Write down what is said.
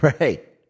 Right